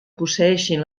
posseeixin